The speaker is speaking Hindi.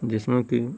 जिसमें कि